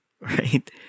right